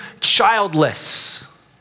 childless